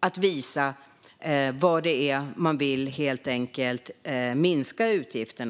att visa på vad man vill minska utgifterna.